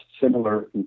similar